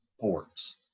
ports